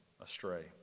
astray